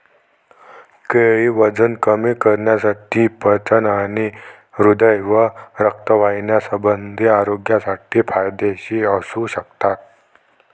केळी वजन कमी करण्यासाठी, पचन आणि हृदय व रक्तवाहिन्यासंबंधी आरोग्यासाठी फायदेशीर असू शकतात